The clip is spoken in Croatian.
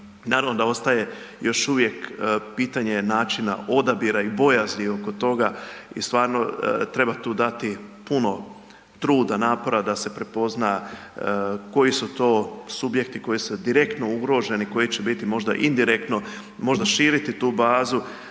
Naravno da ostaje još uvijek pitanje načina odabira i bojazni oko toga i stvarno treba tu dati puno truda, napora da se prepozna koji su to subjekti koji su direktno ugroženi koji će biti možda indirektno, možda širiti tu bazu.